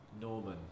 Norman